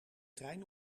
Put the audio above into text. trein